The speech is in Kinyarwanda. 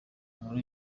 nkuru